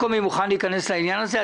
מוכן להיכנס לעניין הזה?